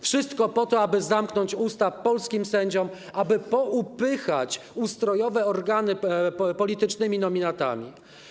Wszystko po to, aby zamknąć usta polskim sędziom, aby poupychać ustrojowe organy politycznymi nominatami.